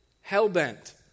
hell-bent